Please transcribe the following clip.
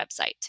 website